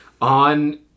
on